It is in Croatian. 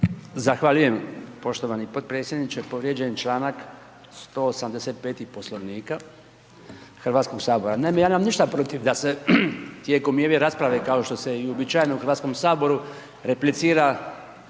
Zahvaljujem poštovani potpredsjedniče. Povrijeđen je čl. 185. Poslovnika HS. Naime, ja nemam ništa protiv da se tijekom i ove rasprave, kao što se i uobičajeno u HS replicira